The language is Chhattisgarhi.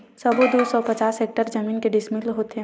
सबो दू सौ पचास हेक्टेयर जमीन के डिसमिल होथे?